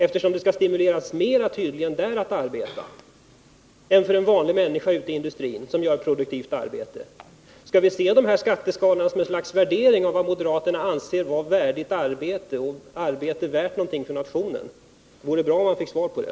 Där skall det tydligen stimuleras mer än för en vanlig människa ute i industrin som gör ett produktivt arbete. Skall man se de här skatteskalorna som ett slags värdering av vad moderaterna anser vara ett värdigt arbete, ett arbete som är värt någonting för nationen? Det vore bra att få svar på det.